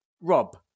Rob